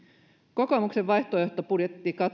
kokoomuksen vaihtoehtobudjetti